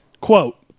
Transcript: quote